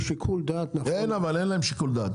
בשיקול דעת --- אין להם שיקול דעת.